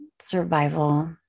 survival